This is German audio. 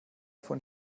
von